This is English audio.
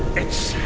it's